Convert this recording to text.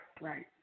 right